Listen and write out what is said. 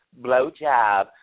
blowjob